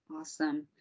Awesome